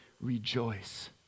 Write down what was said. rejoice